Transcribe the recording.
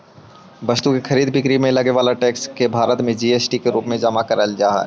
वस्तु के खरीद बिक्री में लगे वाला टैक्स के भारत में जी.एस.टी के रूप में जमा करावल जा हई